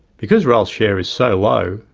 because rail's share is so low,